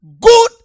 Good